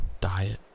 diet